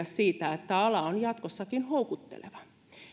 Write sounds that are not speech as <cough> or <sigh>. <unintelligible> siitä että tämä ala on jatkossakin houkutteleva